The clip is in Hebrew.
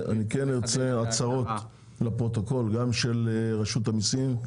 אני כן ארצה הצעות לפרוטוקול גם של רשות המיסים,